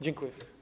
Dziękuję.